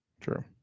True